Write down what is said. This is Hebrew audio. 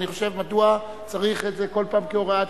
אני חושב, מדוע צריך את זה כל פעם כהוראת שעה?